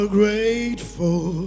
grateful